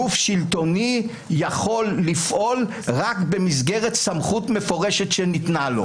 גוף שלטוני יכול לפעול רק במסגרת סמכות מפורשת שניתנה לו.